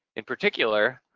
in particular,